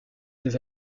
ces